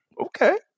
okay